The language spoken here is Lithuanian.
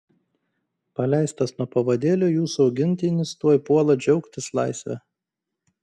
paleistas nuo pavadėlio jūsų augintinis tuoj puola džiaugtis laisve